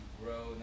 grow